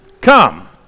Come